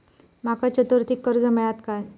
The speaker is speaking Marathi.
माका चतुर्थीक कर्ज मेळात काय?